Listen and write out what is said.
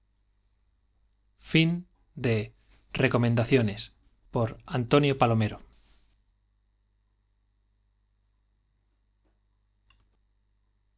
recomendaciones por a palomero